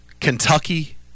Kentucky